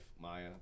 Maya